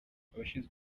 abashinzwe